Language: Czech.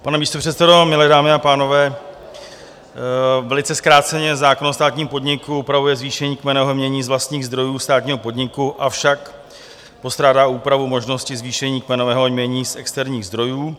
Pane místopředsedo, milé dámy a pánové, velice zkráceně: zákon o státním podniku upravuje zvýšení kmenového jmění z vlastních zdrojů státního podniku, avšak postrádá úpravu možnosti zvýšení kmenového jmění z externích zdrojů.